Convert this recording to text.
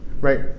right